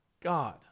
God